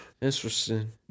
Interesting